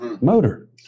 motor